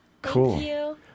cool